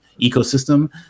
ecosystem